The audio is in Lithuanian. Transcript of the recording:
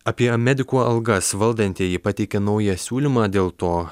apie medikų algas valdantieji pateikė naują siūlymą dėl to